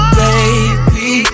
baby